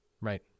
Right